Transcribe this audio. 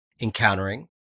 encountering